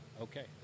okay